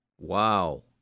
Wow